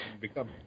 become